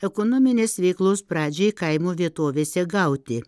ekonominės veiklos pradžiai kaimo vietovėse gauti